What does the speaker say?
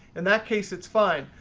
in that case, it's fine.